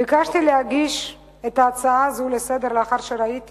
ביקשתי להגיש את ההצעה הזו לסדר-היום לאחר שראיתי